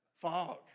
Fog